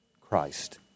Christ